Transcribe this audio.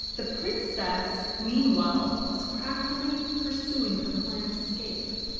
the princess meanwhile was craftily pursuing her plan of escape.